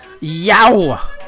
Yow